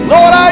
Lord